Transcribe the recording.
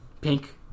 Pink